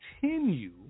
continue